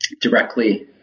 directly